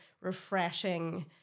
refreshing